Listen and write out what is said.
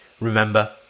remember